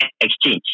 exchange